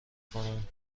کنم